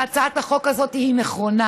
והצעת החוק הזאת היא נכונה.